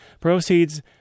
Proceeds